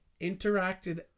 interacted